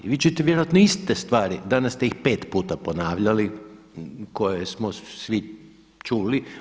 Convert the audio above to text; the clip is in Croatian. Vi ćete vjerojatno iste stvari, danas ste ih pet puta ponavljali koje smo svi čuli.